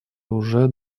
уже